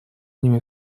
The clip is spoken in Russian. ними